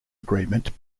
agreement